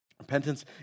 Repentance